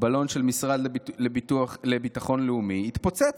הבלון של השר לביטחון לאומי התפוצץ,